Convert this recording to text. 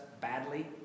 badly